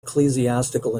ecclesiastical